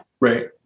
right